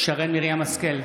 שרן מרים השכל,